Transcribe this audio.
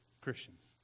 Christians